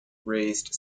raised